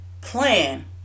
plan